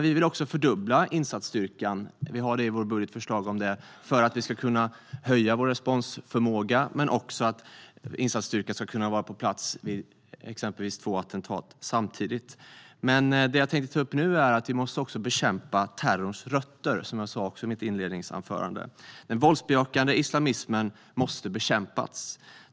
Vi vill också fördubbla insatsstyrkan - det har vi i vårt budgetförslag - för att höja vår responsförmåga och för att insatsstyrkan ska kunna vara på plats vid exempelvis två attentat samtidigt. Det jag nu tänkte ta upp är att vi också behöver bekämpa terrorns rötter. Den våldsbejakande islamismen måste bekämpas.